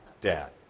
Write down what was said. Dad